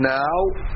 now